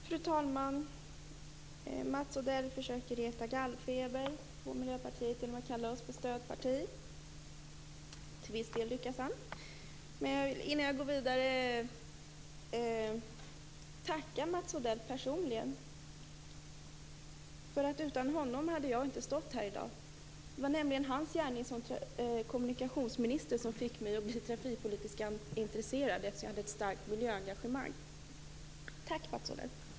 Fru talman! Mats Odell försöker reta gallfeber på Miljöpartiet genom att kalla oss stödparti, och till viss del lyckas han. Innan jag går vidare vill jag tacka Mats Odell. Utan honom hade jag inte stått här i dag. Det var nämligen hans gärning som kommunikationsminister som fick mig att bli transportpolitiskt intresserad, eftersom jag hade ett starkt miljöengagemang. Tack, Mats Odell!